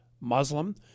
Muslim